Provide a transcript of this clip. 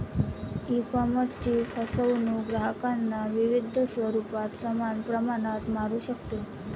ईकॉमर्सची फसवणूक ग्राहकांना विविध स्वरूपात समान प्रमाणात मारू शकते